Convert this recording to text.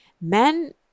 men